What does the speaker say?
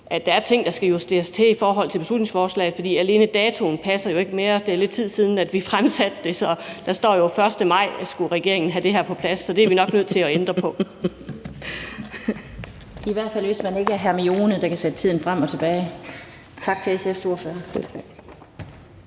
at der er ting, der skal justeres, i beslutningsforslaget, for alene datoen passer jo ikke mere. Det er lidt tid siden, vi fremsatte det. Der står jo, at den 1. maj skulle regeringen have det her på plads, så det er vi nok nødt til at ændre på. Kl. 15:51 Den fg. formand (Annette Lind): I hvert fald hvis man ikke er Hermione, der kan skrue tiden frem og tilbage. Tak til SF's ordfører.